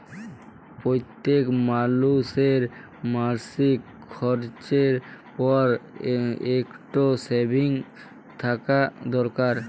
প্যইত্তেক মালুসের মাসিক খরচের পর ইকট সেভিংস থ্যাকা দরকার